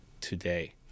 today